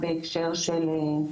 בהקשרים אחרים.